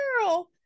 girl